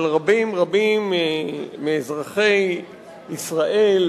אבל רבים רבים מאזרחי ישראל,